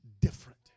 different